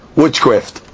witchcraft